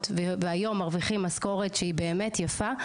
והיום מרווחים משכורת שהיא באמת יפה,